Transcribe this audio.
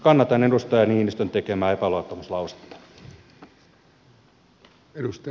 kannatan edustaja niinistön tekemää epäluottamuslausetta